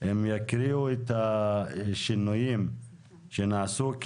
הם יקריאו את השינויים שנעשו.